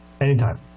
Anytime